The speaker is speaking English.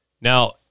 now